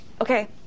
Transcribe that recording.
Okay